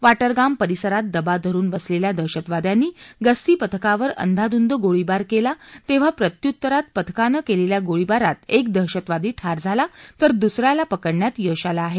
वाटरगाम परिसरात दबा धरुन बसलेल्या दहशतवाद्यांनी गस्तीपथकावर अंदाधुंद गोळीबार केला तेव्हा प्रत्युत्तरात पथकानं केलेल्या गोळीबारात एक दहशतवादी ठार झाला तर दुस याला पकडण्यात यश आलं आहे